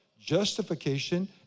Justification